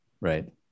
Right